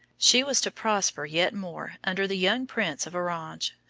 she was to prosper yet more under the young prince of orange,